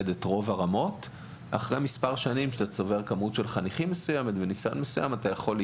של חניכים מסוימת וניסיון מסוים הם יכולים